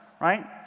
right